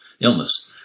Illness